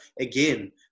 Again